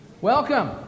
Welcome